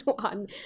one